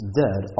dead